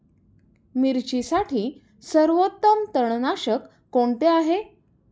मिरचीसाठी सर्वोत्तम तणनाशक कोणते आहे?